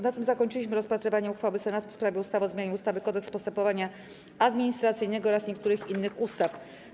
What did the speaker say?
Na tym zakończyliśmy rozpatrywanie uchwały Senatu w sprawie ustawy o zmianie ustawy - Kodeks postępowania administracyjnego oraz niektórych innych ustaw.